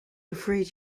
afraid